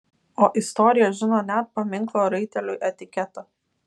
o istorija žino net paminklo raiteliui etiketą